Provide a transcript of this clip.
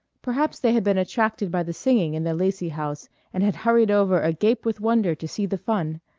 perhaps they had been attracted by the singing in the lacy house and had hurried over agape with wonder to see the fun.